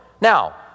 Now